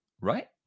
right